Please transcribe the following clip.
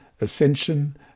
ascension